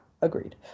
agreed